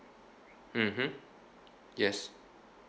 mmhmm yes